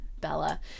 Bella